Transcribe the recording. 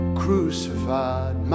crucified